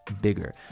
bigger